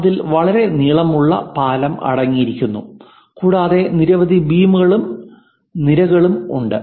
അതിൽ വളരെ നീളമുള്ള പാലം അടങ്ങിയിരിക്കുന്നു കൂടാതെ നിരവധി ബീമുകളും നിരകളും ഉണ്ട്